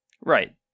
Right